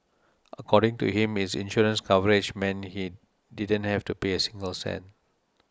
according to him his insurance coverage meant he didn't have to pay a single cent